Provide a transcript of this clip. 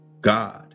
God